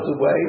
away